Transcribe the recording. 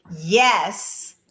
yes